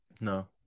No